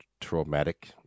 traumatic